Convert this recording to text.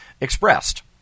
expressed